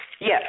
Yes